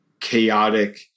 chaotic